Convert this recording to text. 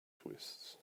twists